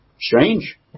Strange